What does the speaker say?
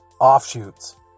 offshoots